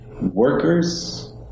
workers